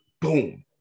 boom